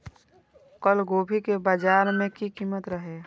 कल गोभी के बाजार में की कीमत रहे?